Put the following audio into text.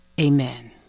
Amen